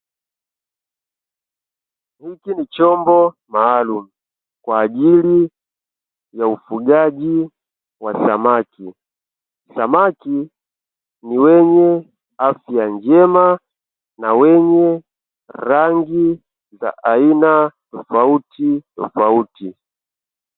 Hiki ni chombo maalumu kwa ajili ya ufugaji wa samaki; samaki ni wenye afya njema na wenye rangi za aina tofautitofauti.